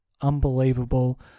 unbelievable